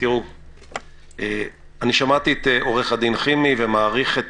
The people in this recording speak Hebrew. אני שמעתי את עו"ד חימי ומעריך את